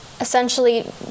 essentially